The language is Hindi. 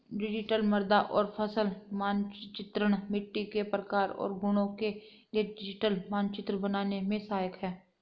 डिजिटल मृदा और फसल मानचित्रण मिट्टी के प्रकार और गुणों के लिए डिजिटल मानचित्र बनाने में सहायक है